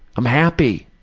i'm happy.